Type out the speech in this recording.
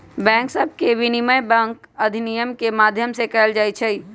bank सभके विनियमन bank अधिनियम के माध्यम से कएल जाइ छइ